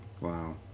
Wow